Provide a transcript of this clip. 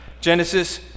genesis